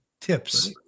tips